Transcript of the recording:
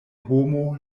homo